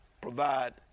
provide